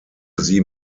sie